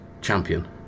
champion